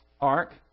ark